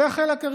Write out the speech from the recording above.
זה, החלק הראשון.